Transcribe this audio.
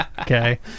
Okay